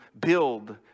build